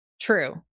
true